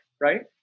right